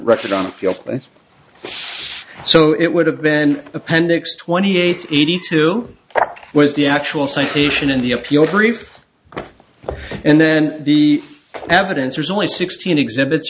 record on the field and so it would have been appendix twenty eight eighty two was the actual citation in the appeal brief and then the evidence was only sixteen exhibits